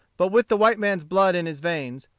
but with the white man's blood in his veins,